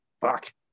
fuck